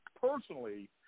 personally